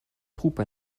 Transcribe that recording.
troupes